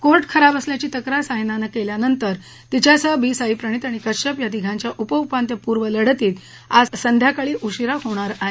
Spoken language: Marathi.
कोर्ट खराब असल्याची तक्रार सायना नेहवालनं केल्यानंतर तिच्यासह बी साई प्रणित आणि कश्यप या तिघांच्या उपउपान्त्यपूर्व लढतीत आज संध्याकाळी उशीरा होणार आहे